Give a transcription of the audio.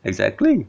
exactly